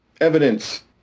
evidence